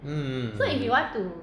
mm